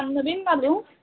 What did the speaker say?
नवीन घालू